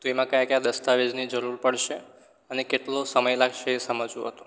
તો એમાં ક્યા ક્યા દસ્તાવેજની જરૂર પડશે અને કેટલો સમય લાગશે એ સમજવું હતું